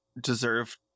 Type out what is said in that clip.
deserve